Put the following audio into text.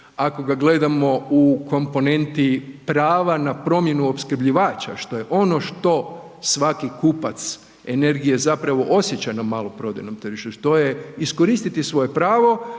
ako ga gledamo u komponenti prava na promjenu opskrbljivača što je ono što svaki kupac energije zapravo osjeća na maloprodajnom tržištu, to je iskoristiti svoje pravo